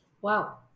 Wow